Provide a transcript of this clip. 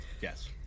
Yes